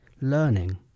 learning